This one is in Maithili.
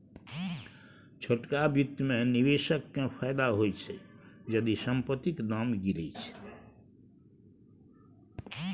छोटका बित्त मे निबेशक केँ फायदा होइ छै जदि संपतिक दाम गिरय छै